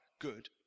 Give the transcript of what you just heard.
good